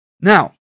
Now